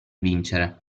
vincere